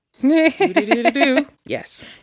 Yes